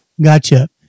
Gotcha